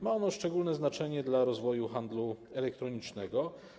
Ma ono szczególne znaczenie dla rozwoju handlu elektronicznego.